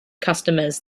customers